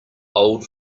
old